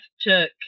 took